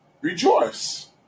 rejoice